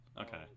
Okay